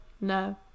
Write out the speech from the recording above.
No